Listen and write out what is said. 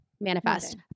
Manifest